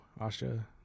Asha